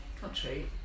country